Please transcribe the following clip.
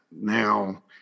Now